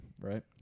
right